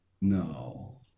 No